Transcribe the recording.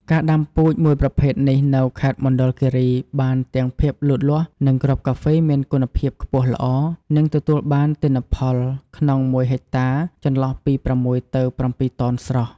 ការដាំពូជមួយប្រភេទនេះនៅខេត្តមណ្ឌលគិរី បានទាំងភាពលូតលាស់ និងគ្រាប់កាហ្វេមានគុណភាពខ្ពស់ល្អ និងទទួលបានទិន្នផលក្នុងមួយហិកតារចន្លោះពី ៦ ទៅ ៧តោនស្រស់។